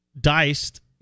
Diced